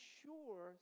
sure